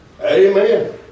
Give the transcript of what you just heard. Amen